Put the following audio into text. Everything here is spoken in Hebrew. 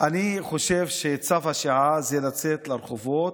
אני חושב שצו השעה זה לצאת לרחובות,